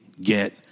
get